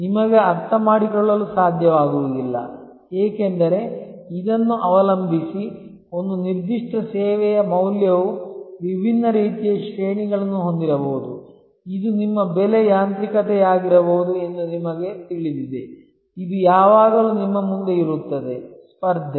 ನಿಮಗೆ ಅರ್ಥಮಾಡಿಕೊಳ್ಳಲು ಸಾಧ್ಯವಾಗುವುದಿಲ್ಲ ಏಕೆಂದರೆ ಇದನ್ನು ಅವಲಂಬಿಸಿ ಒಂದು ನಿರ್ದಿಷ್ಟ ಸೇವೆಯ ಮೌಲ್ಯವು ವಿಭಿನ್ನ ರೀತಿಯ ಶ್ರೇಣಿಗಳನ್ನು ಹೊಂದಿರಬಹುದು ಇದು ನಿಮ್ಮ ಬೆಲೆ ಯಾಂತ್ರಿಕತೆಯಾಗಿರಬಹುದು ಎಂದು ನಿಮಗೆ ತಿಳಿದಿದೆ ಇದು ಯಾವಾಗಲೂ ನಿಮ್ಮ ಮುಂದೆ ಇರುತ್ತದೆ ಸ್ಪರ್ಧೆ